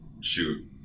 shoot